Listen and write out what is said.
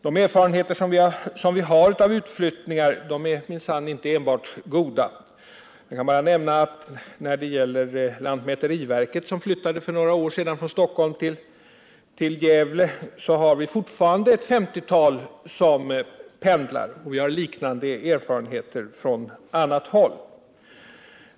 De erfarenheter vi har av utflyttningar är minsann inte enbart goda. Jag kan bara nämna att när det gäller lantmäteriverket, som flyttade för några år sedan från Stockholm till Gävle, har vi fortfarande ett femtiotal som pendlar. Vi har liknande erfarenheter från annat håll.